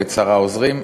בצרה עוזרים.